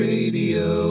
Radio